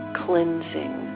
cleansing